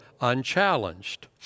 unchallenged